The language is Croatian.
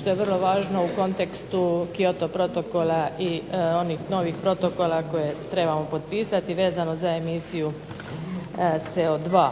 što je vrlo važno u kontekstu Kyoto protokola i onih novih protokola koje trebamo potpisati vezano za emisiju CO2.